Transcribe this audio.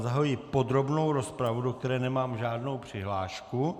Zahajuji podrobnou rozpravu, do které nemám žádnou přihlášku.